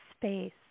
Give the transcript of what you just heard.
space